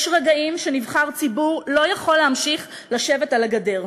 יש רגעים שנבחר ציבור לא יכול להמשיך לשבת על הגדר.